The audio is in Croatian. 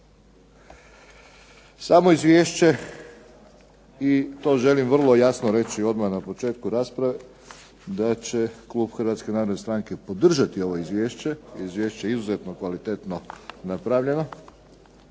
Samo izvješće, i to želim vrlo jasno reći odmah na početku rasprave, da će klub HNS-a podržati ovo izvješće. Izvješće je izuzetno kvalitetno napravljeno,